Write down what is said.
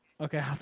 Okay